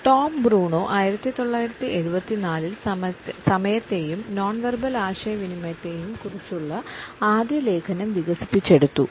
Tom Bruneau 1974 ൽ സമയത്തെയും non verbal ആശയവിനിമയത്തെയും കുറിച്ചുള്ള ആദ്യ ലേഖനം വികസിപ്പിച്ചെടുത്തു